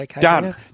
Done